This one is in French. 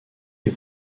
est